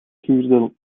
schuurde